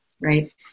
right